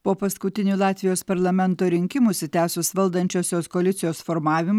po paskutinių latvijos parlamento rinkimų užsitęsus valdančiosios koalicijos formavimui